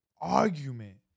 argument